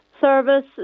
Service